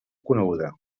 coneguda